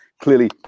Clearly